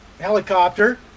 helicopter